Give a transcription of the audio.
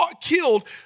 killed